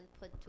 put